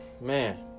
man